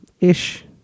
ish